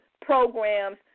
programs